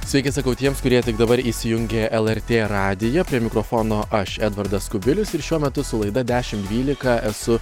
sveiki sakau tiems kurie tik dabar įsijungė lrt radiją prie mikrofono aš edvardas kubilius ir šiuo metu su laida dešimt dvylika esu